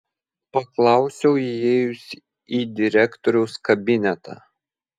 paklausiau įėjusi į direktoriaus kabinetą